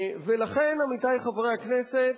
ולכן, עמיתי חברי הכנסת,